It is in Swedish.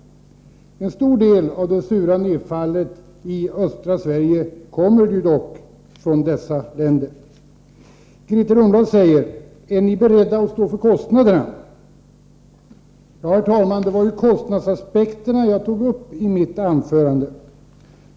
En stor del av det sura nedfallet i östra Sverige kommer dock från dessa länder. Grethe Lundblad frågar: Är ni beredda att stå för kostnaderna? Herr talman! Det var just kostnadsaspekterna jag tog upp i mitt anförande.